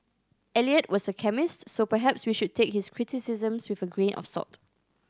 Eliot was a chemist so perhaps we should take his criticisms with a grain of salt